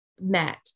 met